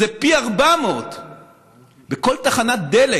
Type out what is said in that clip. זה פי 400. בכל תחנת דלק